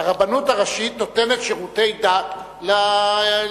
הרבנות הראשית נותנת שירותי דת ליהודים.